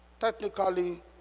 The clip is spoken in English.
technically